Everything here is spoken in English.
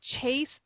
Chase